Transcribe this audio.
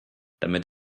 damit